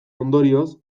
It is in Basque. ondorioz